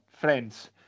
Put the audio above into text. friends